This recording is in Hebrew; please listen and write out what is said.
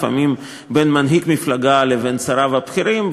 לפעמים בין מנהיג מפלגה לבין שריו הבכירים,